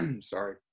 sorry